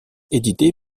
édité